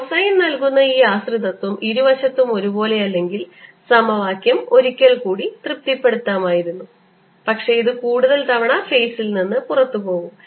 cosine നൽകുന്ന ഈ ആശ്രിതത്വം ഇരുവശത്തും ഒരുപോലെയല്ലെങ്കിൽ സമവാക്യം ഒരിക്കൽ തൃപ്തിപ്പെടുത്താമായിരുന്നു പക്ഷേ ഇത് കൂടുതൽ തവണ ഫേസിൽ നിന്ന് പുറത്തുപോകും